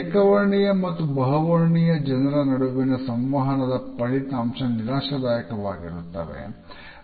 ಏಕವರ್ಣೀಯ ಮತ್ತು ಬಹುವರ್ಣೀಯ ಜನರ ನಡುವಿನ ಸಂವಹನದ ಪಲಿತಾಂಶ ನಿರಾಶಾದಾಯಕವಾಗಿರುತ್ತದೆ